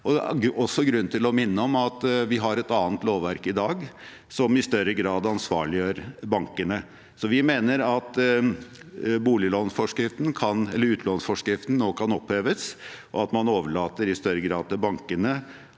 Det er også grunn til å minne om at vi har et annet lovverk i dag, som i større grad ansvarliggjør bankene. Vi mener altså at utlånsforskriften nå kan oppheves, og at man i større grad kan